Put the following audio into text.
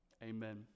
Amen